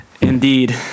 indeed